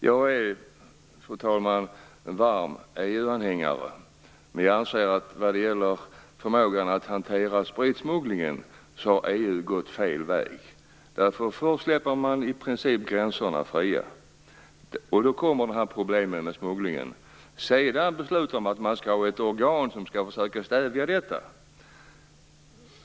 Jag är, fru talman, en varm EU-anhängare. Men jag anser att EU när det gäller förmågan att hantera spritsmugglingen gått fel väg. Först släpper man i princip gränserna fria och då kommer problemen med smugglingen. Sedan beslutar man om att man skall ha ett organ som skall försöka stävja detta.